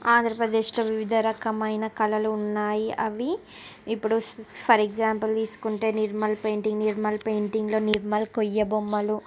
ఆంధ్రప్రదేశ్లో వివిధ రకమైన కళలు ఉన్నాయి అవి ఇప్పుడు ఫర్ ఎగ్జాంపుల్ తీసుకుంటే నిర్మల్ పెయింటింగ్ నిర్మల్ పెయింటింగ్లో నిర్మల్ కొయ్య బొమ్మలు